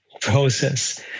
process